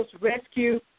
rescue